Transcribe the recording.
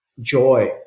joy